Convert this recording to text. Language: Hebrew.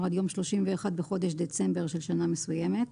עד יום 31 בחודש דצמבר של שנה מסוימת,